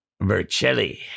Vercelli